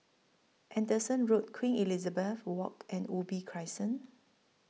Anderson Road Queen Elizabeth Walk and Ubi Crescent